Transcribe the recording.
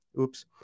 Oops